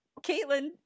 Caitlin